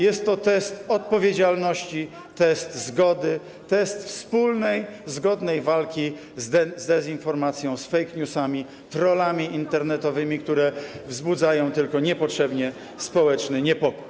Jest to test odpowiedzialności, test zgody, test wspólnej, zgodnej walki z dezinformacją, fake newsami, trollami internetowymi, które wzbudzają tylko niepotrzebnie społeczny niepokój.